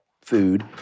food